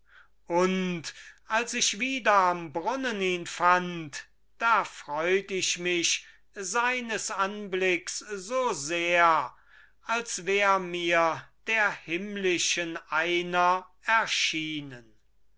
und als ich wieder am brunnen ihn fand da freut ich mich seines anblicks so sehr als wär mir der himmlischen einer erschienen